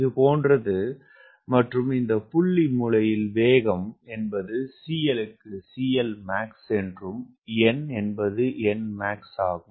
இது போன்றது மற்றும் இந்த புள்ளியில் மூலை வேகம் என்பது CL க்கு CLMx n என்பது nmax ஆகும்